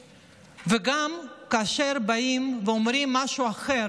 וגם, כאשר באים ואומרים משהו אחר